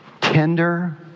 Tender